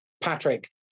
Patrick